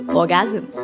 orgasm